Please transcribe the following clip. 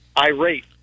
irate